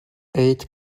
eight